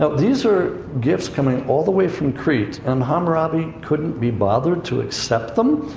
ah these are gifts coming all the way from crete, and hammurabi couldn't be bothered to accept them,